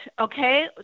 okay